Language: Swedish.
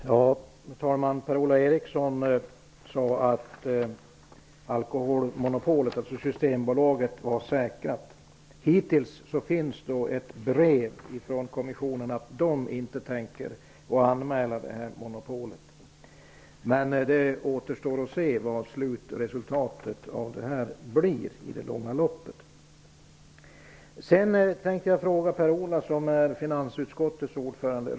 Herr talman! Per-Ola Eriksson sade att alkoholmonopolet, dvs. Systembolaget, var säkrat. Hittills finns det ett brev från kommissionen där det står att man inte tänker anmäla detta monopol. Det återstår att se vad slutresultatet av detta blir. Per-Ola Eriksson är finansutskottets ordförande.